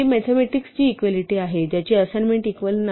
ही mathematics ची equality आहे ज्याची असाइनमेंट इक्वल नाही